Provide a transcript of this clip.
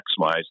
maximize